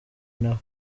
naho